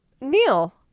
neil